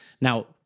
Now